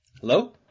Hello